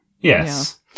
yes